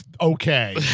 okay